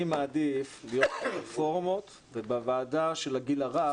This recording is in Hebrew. אני מעדיף להיות ברפורמות ובוועדה של הגיל הרך,